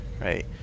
right